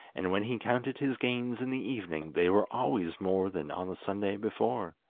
and when he counted his gains in the evening they were always more than on the sunday before.